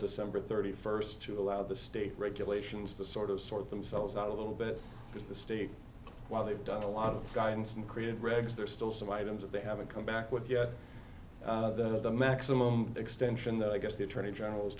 december thirty first to allow the state regulations to sort of sort themselves out a little bit because the state while they've done a lot of guidance and created regs there's still some items that they haven't come back with yet that the maximum extension that i guess the attorney general's